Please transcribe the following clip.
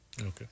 okay